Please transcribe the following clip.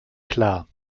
klar